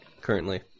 currently